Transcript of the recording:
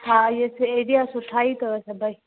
हा इहो एरिया सुठा ई अथव सभई